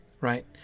right